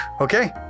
okay